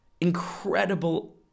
incredible